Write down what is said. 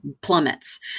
plummets